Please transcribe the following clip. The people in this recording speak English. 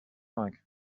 like